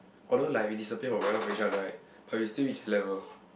although like we disappear for very long for each other right but we still in level